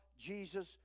Jesus